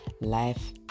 life